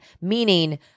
Meaning